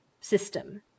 system